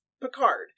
Picard